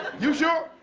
you sure?